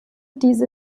diese